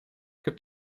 gibt